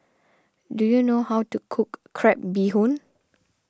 do you know how to cook Crab Bee Hoon